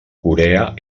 corea